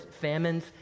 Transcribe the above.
famines